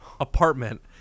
apartment